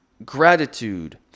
gratitude